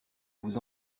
vous